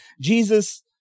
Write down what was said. Jesus